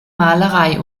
malerei